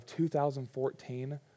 2014